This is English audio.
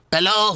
Hello